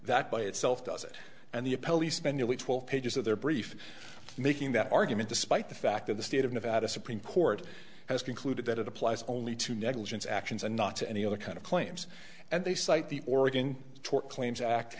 that by itself does it and the appellee spend nearly twelve pages of their brief making that argument despite the fact that the state of nevada supreme court has concluded that it applies only to negligence actions and not to any other kind of claims and they cite the oregon tort claims act